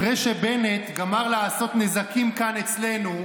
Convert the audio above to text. אחרי שבנט גמר לעשות נזקים כאן אצלנו,